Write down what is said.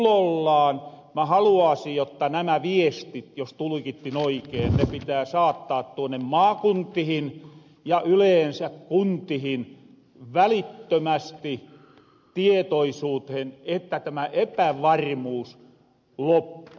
mä haluaasin jotta nämä viestit jos tulkittin oikein ne pitää saattaa tuonne maakuntihin ja yleensä kuntihin välittömästi tietoisuutehen että tämä epävarmuus loppuu